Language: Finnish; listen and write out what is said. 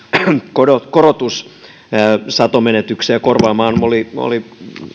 korotus korotus satomenetyksiä korvaamaan oli oli